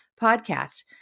podcast